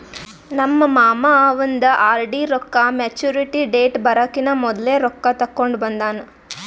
ನಮ್ ಮಾಮಾ ಅವಂದ್ ಆರ್.ಡಿ ರೊಕ್ಕಾ ಮ್ಯಚುರಿಟಿ ಡೇಟ್ ಬರಕಿನಾ ಮೊದ್ಲೆ ರೊಕ್ಕಾ ತೆಕ್ಕೊಂಡ್ ಬಂದಾನ್